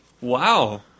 Wow